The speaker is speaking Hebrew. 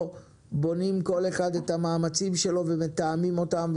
בונים כל אחד את המאמצים שלו ומתאמים אותם,